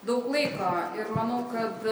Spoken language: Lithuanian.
daug laiko ir manau kad